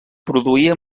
produïa